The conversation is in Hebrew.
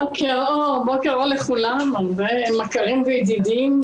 בוקר אור לכולם, הרבה מכרים וידידים.